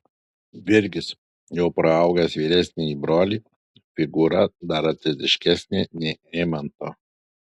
virgis jau praaugęs vyresnįjį brolį figūra dar atletiškesnė nei eimanto